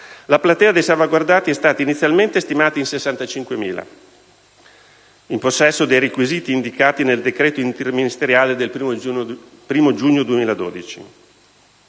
la platea dei salvaguardati è stata inizialmente stimata in 65.000 soggetti in possesso dei requisiti indicati nel decreto interministeriale in data 1° giugno 2012